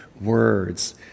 words